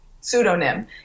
pseudonym